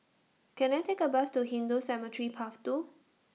Can I Take A Bus to Hindu Cemetery Path two